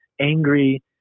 angry